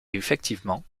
effectivement